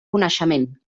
coneixement